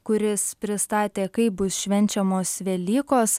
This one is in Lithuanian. kuris pristatė kaip bus švenčiamos velykos